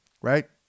right